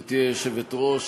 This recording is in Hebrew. גברתי היושבת-ראש,